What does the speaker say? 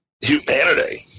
humanity